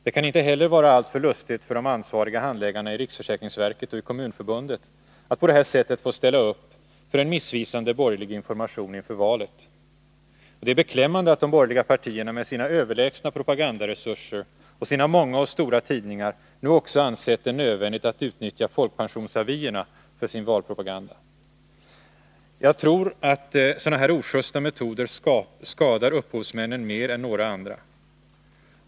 Det kan inte heller vara alltför lustigt för de ansvariga handläggarna i riksförsäkringsverket och i Kommunförbundet att på detta sätt få ställa upp för en missvisande borgerlig information inför valet. Det är beklämmande att de borgerliga partierna — med sina överlägsna propagandaresurser och sina många och stora tidningar — nu också ansett det nödvändigt att utnyttja folkpensionsavierna för sin valpropaganda. Jag tror att sådana här ojusta metoder skadar upphovsmännen mer än några andra.